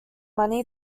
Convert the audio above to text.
money